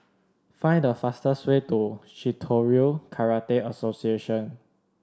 find the fastest way to Shitoryu Karate Association